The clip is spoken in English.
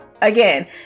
again